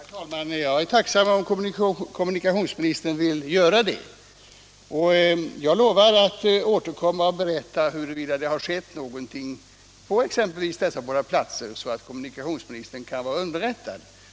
Herr talman! Jag är tacksam om kommunikationsministern vill göra det. Jag lovar att återkomma och berätta huruvida det har blivit någon ändring på exempelvis dessa båda platser, så att kommunikationsministern blir underrättad om det.